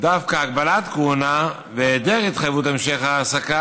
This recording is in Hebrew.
דווקא הגבלת כהונה והיעדר התחייבות להמשך העסקה